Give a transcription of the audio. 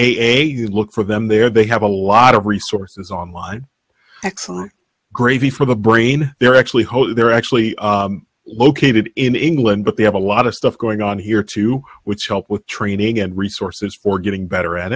a you look for them there they have a lot of resources online excellent gravy for the brain they're actually holy they're actually located in england but they have a lot of stuff going on here too which help with training and resources for getting better at